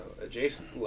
adjacent